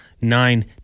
nine